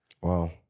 Wow